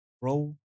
Bro